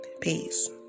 Peace